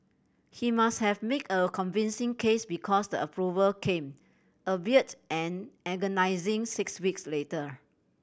he must have made a convincing case because the approval came albeit an agonising six weeks later